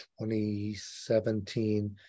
2017